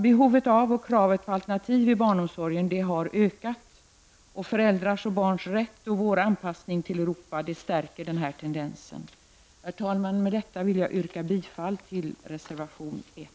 Behovet av och kraven på alternativ inom barnomsorgen har ökat. Föräldrars och barns rätt samt vår anpassning till Europa stärker denna tendens. Herr talman! Med detta yrkar jag bifall till reservation 1.